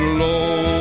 low